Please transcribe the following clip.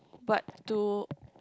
but to